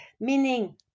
meaning